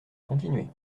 continuez